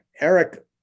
Eric